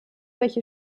welche